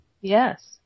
yes